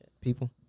People